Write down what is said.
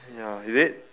ya is it